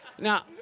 Now